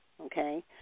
okay